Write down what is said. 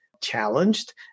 challenged